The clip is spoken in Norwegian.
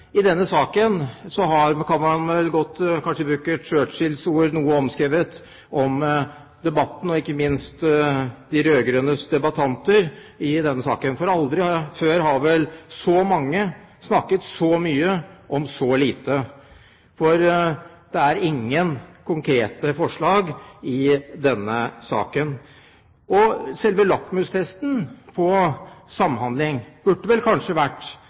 av denne saken. Om denne debatten kan man godt bruke Churchills ord – kanskje noe omskrevet – og ikke minst om de rød-grønnes debattanter i denne saken: Aldri før har vel så mange snakket så mye om så lite. For det er ingen konkrete forslag i denne saken. Selve lakmustesten på samhandling burde kanskje vært